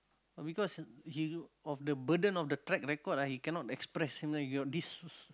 oh because he of the burden of the track record ah he cannot express you know your this